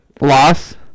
Loss